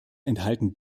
enthalten